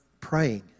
praying